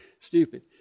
stupid